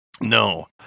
No